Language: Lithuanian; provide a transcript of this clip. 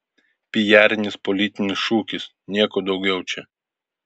pijarinis politinis šūkis nieko daugiau čia